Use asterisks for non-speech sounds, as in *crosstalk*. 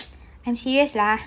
*noise* I am serious lah